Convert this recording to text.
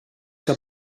que